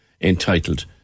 entitled